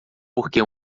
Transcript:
porque